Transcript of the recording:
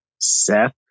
Seth